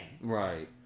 Right